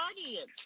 audience